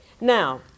Now